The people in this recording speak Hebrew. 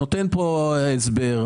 נותן פה חנן פריצקי הסבר.